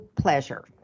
pleasure